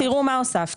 תראו מה הוספתי.